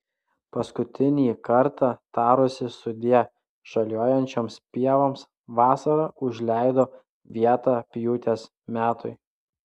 paskutinį kartą tarusi sudie žaliuojančioms pievoms vasara užleido vietą pjūties metui